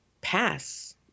pass